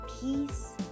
peace